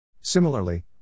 Similarly